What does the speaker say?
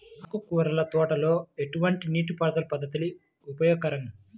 ఆకుకూరల తోటలలో ఎటువంటి నీటిపారుదల పద్దతి ఉపయోగకరం?